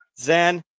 Zan